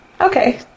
Okay